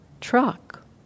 Truck